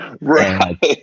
right